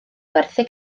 gwerthu